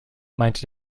meinte